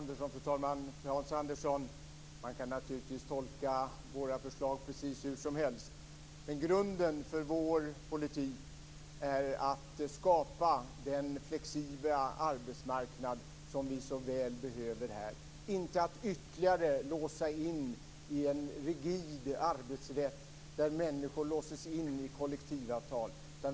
Fru talman! Hans Andersson! Man kan naturligtvis tolka våra förslag precis hur som helst. Men grunden för vår politik är att vi vill skapa den flexibla arbetsmarknad som vi så väl behöver här. Vi behöver inte en rigid arbetsrätt där människor låses in ytterligare i kollektivavtal.